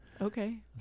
Okay